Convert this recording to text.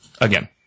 again